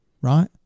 right